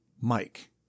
Mike